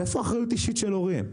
איפה האחריות האישית של הורים?